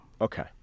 Okay